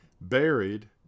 buried